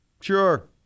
Sure